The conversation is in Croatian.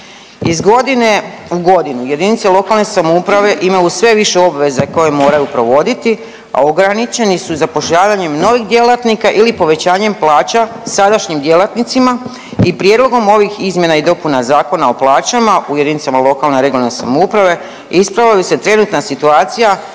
Iz godine u godinu jedinice lokalne samouprave imaju sve više obveza koje moraju provoditi, a ograničeni su zapošljavanjem novih djelatnika ili povećanjem plaća sadašnjim djelatnicima i prijedlogom ovih izmjena i dopuna Zakona o plaćama u jedinicama lokalne i regionalne samouprave ispravljaju se trenutna situacija